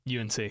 UNC